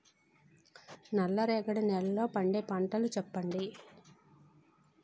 నల్ల రేగడి నెలలో పండే పంటలు చెప్పండి?